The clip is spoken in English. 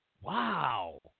wow